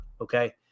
okay